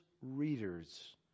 readers